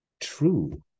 true